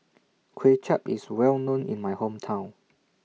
Kway Chap IS Well known in My Hometown